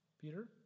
Peter